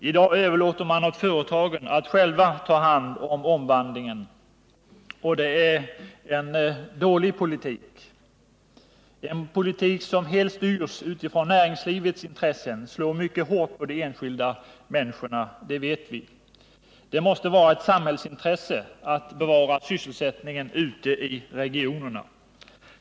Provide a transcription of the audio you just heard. I dag överlåter man åt företagen att själva ta hand om omvandlingen. Det är en dålig politik. En politik som helt styrs utifrån näringslivets intressen slår mycket hårt på de enskilda människorna, det vet vi. Det måste vara ett samhällsintresse att bevara sysselsättningen ute i regionerna.